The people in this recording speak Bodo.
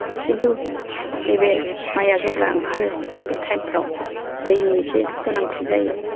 किन्तु नैबे माइया जेब्ला ओंखारो बे थाइमफोराव दैनि इसे गोनांथि जायो